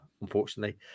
unfortunately